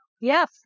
Yes